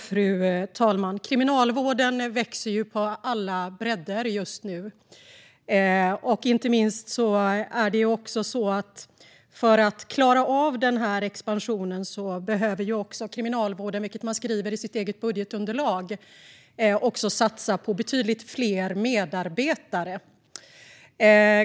Fru talman! Kriminalvården växer över alla bräddar just nu. För att klara av denna expansion behöver Kriminalvården satsa på betydligt fler medarbetare, vilket man skriver i sitt eget budgetunderlag.